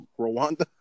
Rwanda